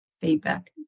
feedback